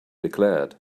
declared